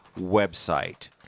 website